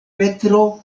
petro